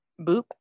Boop